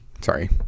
sorry